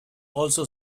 also